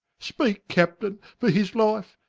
speake captaine for his life,